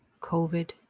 COVID